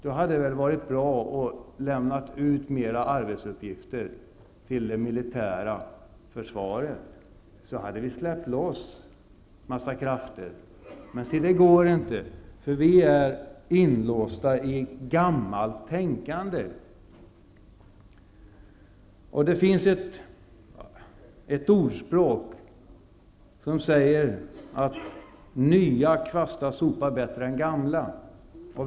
Då hade det väl varit bra att lämna ut arbetsuppgifter till det militära försvaret. Då hade vi släppt loss en massa krafter. Men se, det går inte, för vi är inlåsta i gammalt tänkande. Det finns ett ordspråk som säger att nya kvastar sopar bättre än gamla.